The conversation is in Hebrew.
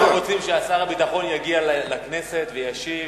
אנחנו רוצים ששר הביטחון יגיע לכנסת וישיב,